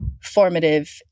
formative